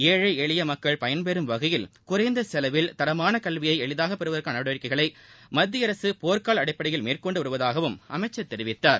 ஏழை எளிய மக்கள் பயன் பெறும் வகையில் குறைந்த செலவில் தரமான கல்வியை எளிதாக பெறுவதற்கான நடவடிக்கைகளை மத்திய அரசு போர்க்கால அடிப்படையில் மேற்கொண்டு வருவதாகவும் அமைச்சர் தெரிவித்தார்